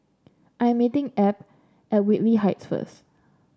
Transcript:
I am meeting Abb at Whitley Heights first